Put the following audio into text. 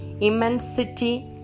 immensity